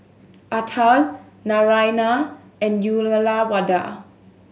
Atal Naraina and Uyyalawada